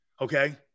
Okay